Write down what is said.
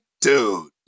dude